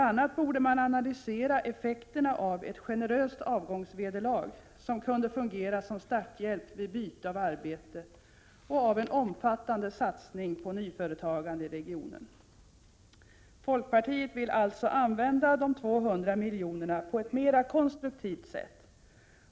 a. borde man analysera effekterna av ett generöst avgångsvederlag, som kunde fungera som ”starthjälp” vid byte av arbete och av en omfattande satsning på nyföretagande i regionen. Folkpartiet vill alltså använda de 200 miljonerna på ett mera konstruktivt sätt.